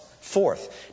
Fourth